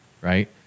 right